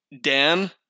Dan